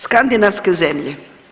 Skandinavske zemlje.